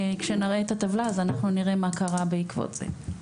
כשנראה את הטבלה אז אנחנו נראה מה קרה בעקבות זה.